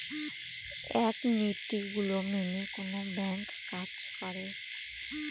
এক নীতি গুলো মেনে কোনো ব্যাঙ্ক কাজ করে